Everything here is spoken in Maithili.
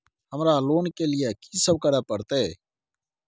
हमरा लोन के लिए की सब करे परतै?